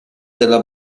della